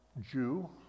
Jew